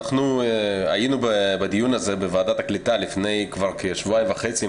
אנחנו היינו בדיון הזה בוועדת הקליטה לפני כשבועיים וחצי,